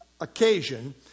occasion